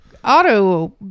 auto